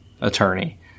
attorney